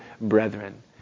brethren